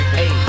hey